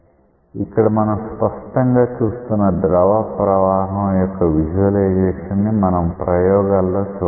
ఇక్కడ మనం స్పష్టంగా చూస్తున్న ద్రవ ప్రవాహం యొక్క విజువలైజేషన్ ని మనం ప్రయోగాల్లో కూడా చూడవచ్చు